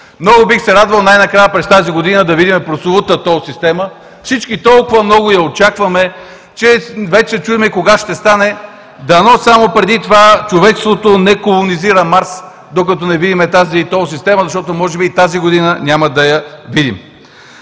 Много бих се радвал най-накрая през тази година да видим прословутата тол система. Всички толкова много я очакваме, че вече се чудим кога ще стане. Дано само преди това човечеството не колонизира Марс, докато не видим тази тол система, защото може би и тази година няма да я видим.